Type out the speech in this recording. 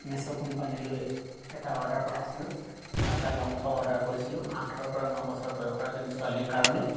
মেছ' কোম্পানীলৈ এটা অৰ্ডাৰ পঠাইছিলোঁ মই এটা লং ফ্ৰক অৰ্ডাৰ কৰিছিলোঁ আঠৰ পৰা ন বছৰ বয়সৰ এজনী ছোৱালীৰ কাৰণে